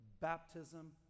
baptism